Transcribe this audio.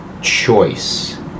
choice